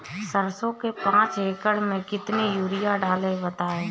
सरसो के पाँच एकड़ में कितनी यूरिया डालें बताएं?